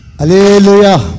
hallelujah